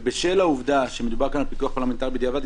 בשל העובדה שמדובר כאן על פיקוח פרלמנטרי בדיעבד,